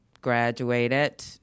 Graduated